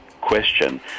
question